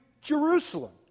Jerusalem